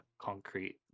concrete